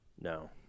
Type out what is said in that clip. no